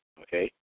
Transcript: Okay